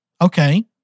okay